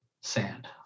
sand